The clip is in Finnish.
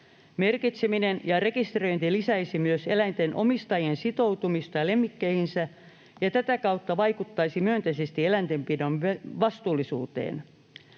Merkitseminen ja rekisteröinti lisäisivät myös eläinten omistajien sitoutumista lemmikkeihinsä ja tätä kautta vaikuttaisivat myönteisesti eläintenpidon vastuullisuuteen.